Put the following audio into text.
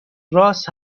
رآس